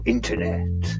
Internet